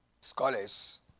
scholars